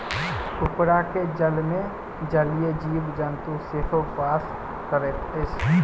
उपरका जलमे जलीय जीव जन्तु सेहो बास करैत अछि